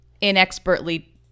inexpertly